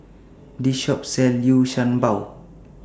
This Shop sells Liu Sha Bao